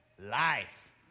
Life